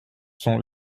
sont